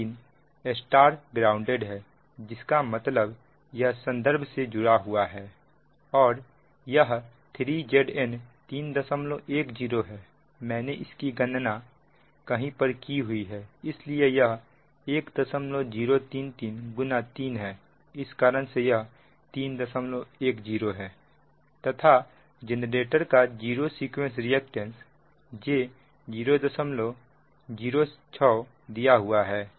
लेकिन Y grounded है जिसका मतलब यह संदर्भ से जुड़ा हुआ है और यह 3Zn 310 है मैंने इसकी गणना कहीं पर की हुई है इसलिए यह 1033 गुना 3 है इस कारण से यह 310 है तथा जेनरेटर का जीरो सीक्वेंस रिएक्टेंस j006 दिया हुआ है